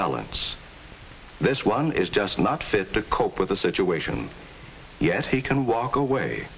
balance this one is just not fit to cope with the situation yes he can walk away